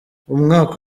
umwaka